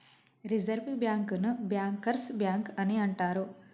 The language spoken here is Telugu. రిజర్వ్ బ్యాంకుని బ్యాంకర్స్ బ్యాంక్ అని అంటరు